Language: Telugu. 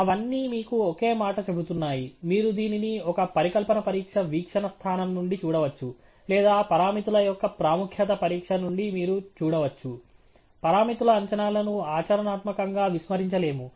అవన్నీ మీకు ఒకే మాట చెబుతున్నాయి మీరు దీనిని ఒక పరికల్పన పరీక్ష వీక్షణ స్థానం నుండి చూడవచ్చు లేదా పరామితుల యొక్క ప్రాముఖ్యత పరీక్ష నుండి మీరు చూడవచ్చు పరామితుల అంచనాలను ఆచరణాత్మకంగా విస్మరించలేము